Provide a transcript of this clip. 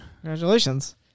Congratulations